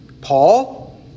Paul